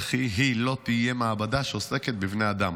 וכי היא לא תהיה מעבדה שעוסקת בבני אדם.